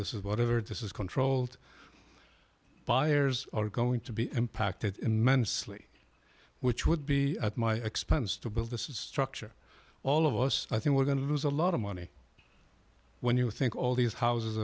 this is whatever this is controlled by heirs are going to be impacted immensely which would be at my expense to build this is structure all of us i think we're going to lose a lot of money when you think all these houses